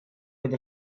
with